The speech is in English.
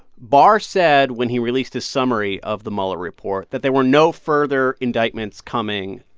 barr said, when he released his summary of the mueller report, that there were no further indictments coming.